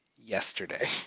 yesterday